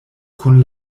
kun